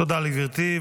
תודה לגברתי.